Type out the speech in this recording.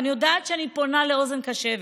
ואני יודעת שאני פונה לאוזן קשבת,